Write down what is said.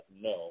no